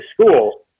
school